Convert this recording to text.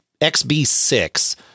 XB6